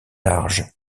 large